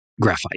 graphite